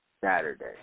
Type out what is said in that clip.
Saturday